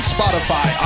Spotify